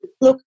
look